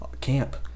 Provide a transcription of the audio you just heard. camp